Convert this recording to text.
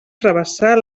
travessar